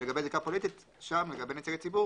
ולגבי זיקה פוליטית לגבי נציגי ציבור